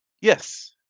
Yes